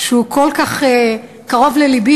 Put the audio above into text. שהוא כל כך קרוב ללבי,